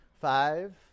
Five